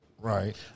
Right